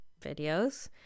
videos